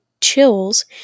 chills